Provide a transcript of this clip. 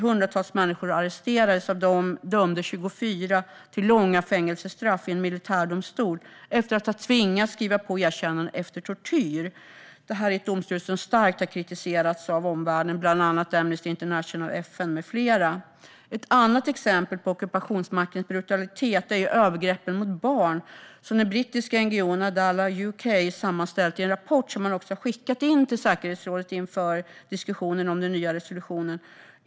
Hundratals människor arresterades. Av dem dömdes 24 till långa fängelsestraff i en militärdomstol - efter att ha tvingats skriva på erkännanden efter att ha utsatts för tortyr. Det är ett domslut som starkt har kritiserats av omvärlden, bland annat Amnesty International, FN med flera. Ett annat exempel på ockupationsmaktens brutalitet är övergreppen mot barn, som framgår av den rapport som brittiska NGO:n Adala UK sammanställt och skickat in till säkerhetsrådet inför diskussionen om den nya resolutionen.